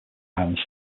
island